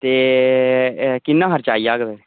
ते एह् किन्ना खर्चा आई जाह्ग